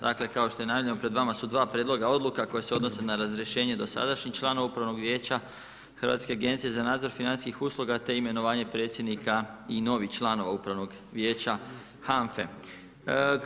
Dakle, kao što je najavljeno, pred vama su dva prijedloga odluka, koji se odnose na razriješenje dosadašnjih članova upravnih vijeća Hrvatske agencije za nadzor financijskih usluga, te imenovanje predsjednika i novih članova upravnih vijeća HANFA-e.